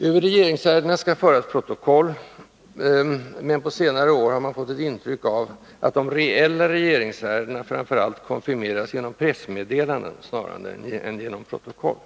Över regeringsärendena skall föras protokoll, men på senare år har man fått ett intryck av att de reella regeringsärendena framför allt bokförs genom pressmeddelanden snarare än genom protokoll.